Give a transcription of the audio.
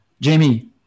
Jamie